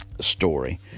story